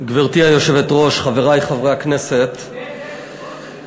גברתי היושבת-ראש, חברי חברי הכנסת, זה ויסקונסין?